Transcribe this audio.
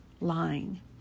lying